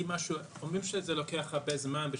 אומרים שזה לוקח הרבה זמן.